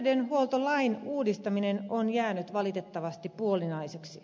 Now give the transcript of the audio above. terveydenhuoltolain uudistaminen on jäänyt valitettavasti puolinaiseksi